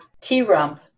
T-Rump